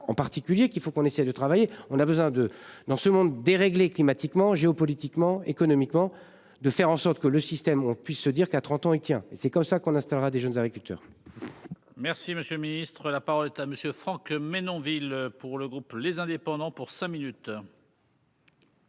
en particulier qu'il faut qu'on essaie de travailler, on a besoin de dans ce monde déréglé climatiquement géopolitiquement économiquement. De faire en sorte que le système où on puisse se dire qu'à 30 ans il tient c'est comme ça qu'on l'installera des jeunes agriculteurs. Merci Monsieur le Ministre, la parole est à monsieur Franck Menonville pour le groupe les indépendants pour cinq minutes.